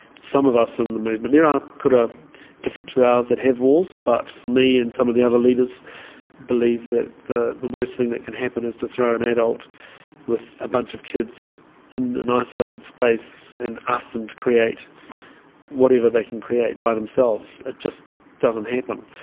some of us in the movement, there are kura different to ours that have walls, but for me and some of the other leaders believe that the the worst thing that can happen is to throw an adult with a bunch of kids in an isolated space and ask them to create whatever they can create by themselves. it's just doesn't happen,